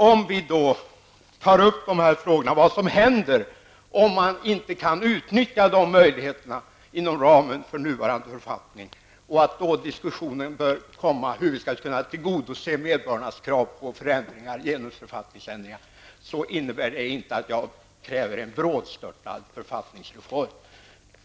Om vi då tar upp frågan om vad som händer, om man inte kan utnyttja de möjligheter som ges inom ramen för nuvarande författning, och att en diskussion bör föras om hur medborgarnas krav på förändringar skall kunna tillgodoses genom författningsändringar, innebär inte det att jag kräver en brådstörtad författningsreform.